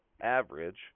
average